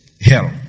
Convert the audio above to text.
hell